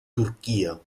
turchia